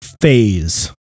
phase